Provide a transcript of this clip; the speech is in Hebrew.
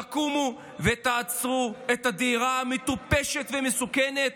תקומו ותעצרו את הדהירה המטופשת והמסוכנת